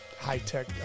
high-tech